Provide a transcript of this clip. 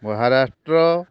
Maharashtra